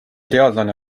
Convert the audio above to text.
teadlane